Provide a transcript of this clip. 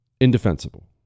indefensible